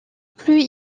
plus